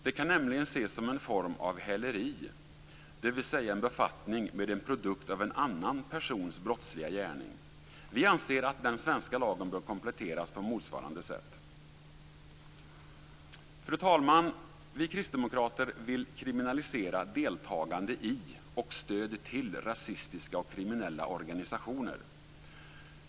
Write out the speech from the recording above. Det kan nämligen ses som en form av häleri, dvs. befattning med en produkt av en annan persons brottsliga gärning. Vi anser att den svenska lagen bör kompletteras på motsvarande sätt. Fru talman! Vi kristdemokrater vill kriminalisera deltagande i och stöd till rasistiska och kriminella organisationer.